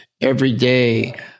everyday